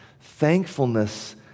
Thankfulness